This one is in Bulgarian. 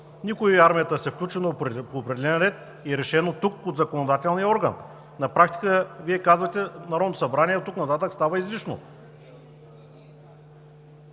против армията да се включи, но по определен ред и решен тук, от законодателния орган. На практика Вие казвате: „Народното събрание оттук нататък става излишно.“